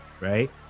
right